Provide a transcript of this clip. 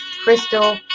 Crystal